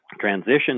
transition